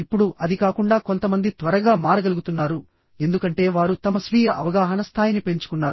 ఇప్పుడు అది కాకుండా కొంతమంది త్వరగా మారగలుగుతున్నారు ఎందుకంటే వారు తమ స్వీయ అవగాహన స్థాయిని పెంచుకున్నారు